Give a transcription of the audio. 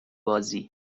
بازی